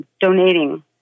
donating